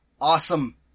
Awesome